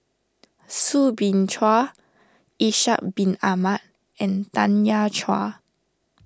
Soo Bin Chua Ishak Bin Ahmad and Tanya Chua